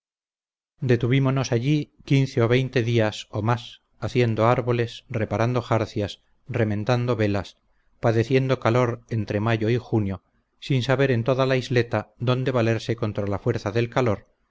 edificado detuvimonos allí quince o veinte días o más haciendo árboles reparando jarcias remendando velas padeciendo calor entre mayo y junio sin saber en toda la isleta donde valerse contra la fuerza del calor